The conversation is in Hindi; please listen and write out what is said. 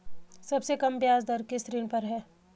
सबसे कम ब्याज दर किस ऋण पर है?